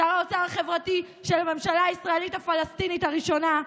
שר האוצר החברתי של הממשלה הישראלית-פלסטינית הראשונה,